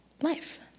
life